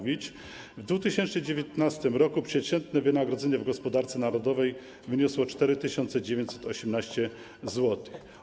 W 2019 r. przeciętne wynagrodzenie w gospodarce narodowej wyniosło 4918 zł.